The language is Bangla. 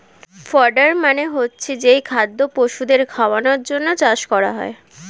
ফডার মানে হচ্ছে যেই খাদ্য পশুদের খাওয়ানোর জন্যে চাষ করা হয়